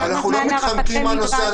אנחנו לא מתחמקים מהנושא.